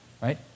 right